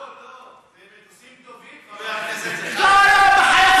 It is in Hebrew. לא, לא, זה מטוסים טובים, חבר הכנסת זחאלקה.